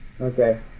Okay